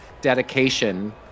dedication